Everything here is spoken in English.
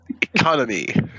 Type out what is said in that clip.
economy